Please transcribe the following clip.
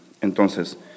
Entonces